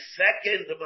second